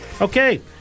Okay